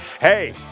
Hey